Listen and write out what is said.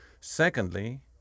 secondly